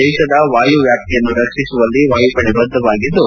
ದೇಶದ ವಾಯು ವ್ಯಾಪ್ತಿಯನ್ನು ರಕ್ಷಿಸುವಲ್ಲಿ ವಾಯುಪಡೆ ಬದ್ಧವಾಗಿದ್ದು